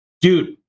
dude